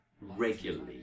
regularly